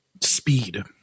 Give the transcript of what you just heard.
speed